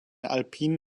alpine